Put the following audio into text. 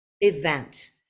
event